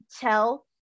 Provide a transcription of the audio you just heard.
tell